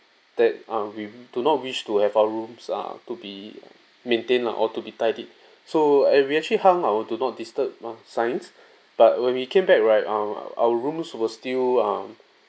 that uh we do not wish to have our rooms uh to be maintained lah or to be tidied so we actually hung our do not disturb you know signs but when we came back right um our rooms was still um